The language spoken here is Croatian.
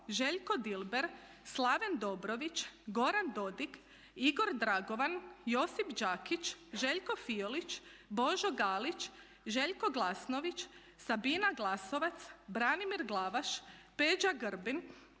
Željko Dilber, Slaven Dobrović, Goran Dodik, Igor Dragovan, Josip Đakić, Željko Fiolić, Božo Galić, Željko Glasnović, Sabina Glasovac, Branimir Glavaš, Peđa Grbin,